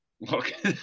Look